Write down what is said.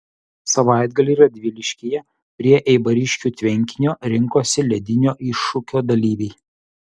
savaitgalį radviliškyje prie eibariškių tvenkinio rinkosi ledinio iššūkio dalyviai